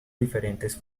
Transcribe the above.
diferentes